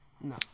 No